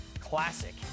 Classic